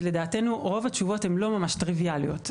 לדעתנו רוב התשובות הן לא ממש טריביאליות,